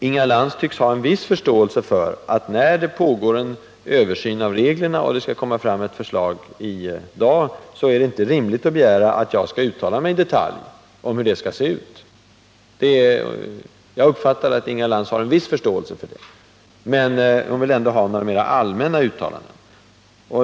Inga Lantz tycks ha en viss förståelse för att det, när det pågår en översyn av reglerna och förslag skall läggas fram, inte är rimligt att begära att jag skall uttala mig i detalj om hur förslaget skall se ut. Hon vill ändå att jag gör något meralltmänt uttalande.